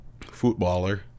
footballer